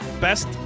best